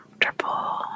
comfortable